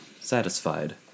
Satisfied